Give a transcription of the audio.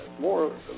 more